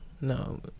No